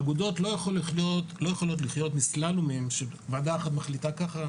אגודות לא יכולות לחיות מסללומים שוועדה אחת מחליטה כך,